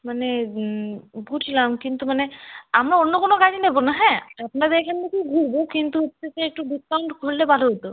মানে বুঝলাম কিন্তু মানে আমরা অন্য কোনও গাড়ি নেব না হ্যাঁ আপনাদের এখান থেকেই ঘুরব কিন্তু হচ্ছে যে একটু ডিসকাউন্ট করলে ভালো হত